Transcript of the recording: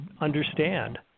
understand